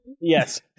Yes